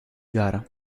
gara